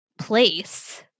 place